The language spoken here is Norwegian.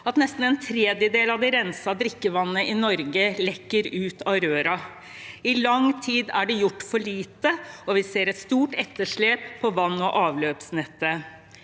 at nesten en tredjedel av det rensede drikkevannet i Norge lekker ut av rørene. I lang tid er det gjort for lite, og vi ser et stort etterslep på vann- og avløpsnettet.